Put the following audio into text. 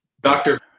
doctor